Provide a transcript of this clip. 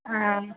हाँ